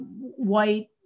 white